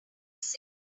sick